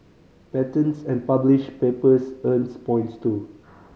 patents and published papers earn points too